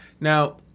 Now